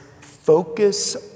focus